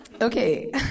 Okay